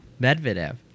Medvedev